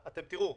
אתם תראו,